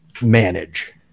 manage